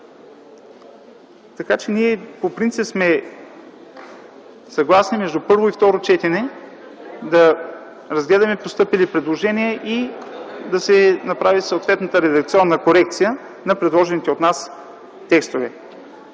Така че, ние по принцип сме съгласни между първо и второ четене да разгледаме постъпили предложения и да се направи съответната редакционна корекция на предложените от нас текстове.